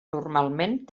normalment